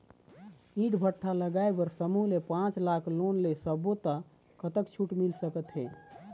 ईंट भट्ठा लगाए बर समूह ले पांच लाख लाख़ लोन ले सब्बो ता कतक छूट मिल सका थे?